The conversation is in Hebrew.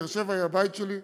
באר-שבע היא הבית שלי.